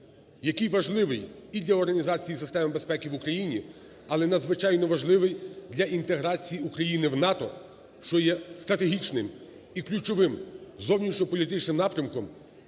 який важливий і для організації системи безпеки в Україні, але надзвичайно важливий для інтеграції України в НАТО, що є стратегічним і ключовим, зовнішньополітичним напрямком